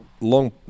long